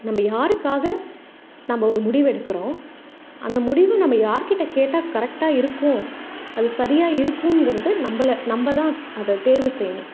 நம்ப யாருக்காக நம்ப ஒரு முடிவெடுக்குறோம் அந்த முடிவு நம்ம யாருக்கிட்டே கேட்டால் கரெக்டாக இருக்கும் அது சரியாக இருக்கும்கிறது நம்பளை நம்ப தான் அதை தேர்வு செய்யணும்